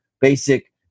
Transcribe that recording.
basic